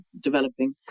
developing